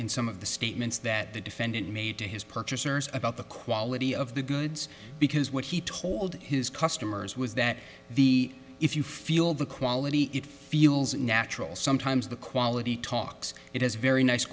in some of the statements that the defendant made to his purchasers about the quality of the goods because what he told his customers was that the if you feel the quality it feels natural sometimes the quality talks it has very nice